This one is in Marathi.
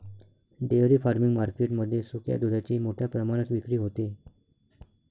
डेअरी फार्मिंग मार्केट मध्ये सुक्या दुधाची मोठ्या प्रमाणात विक्री होते